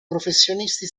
professionisti